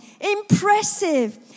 impressive